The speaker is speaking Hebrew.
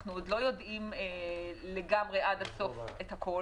אנחנו עוד לא יודעים לגמרי הכול.